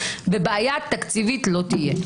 ובעיה תקציבית לא תהיה.